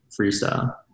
freestyle